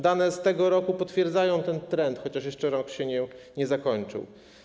Dane z tego roku potwierdzają ten trend, chociaż jeszcze się on nie zakończył.